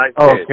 okay